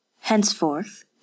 Henceforth